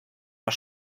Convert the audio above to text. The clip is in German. war